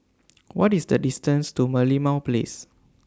What IS The distance to Merlimau Place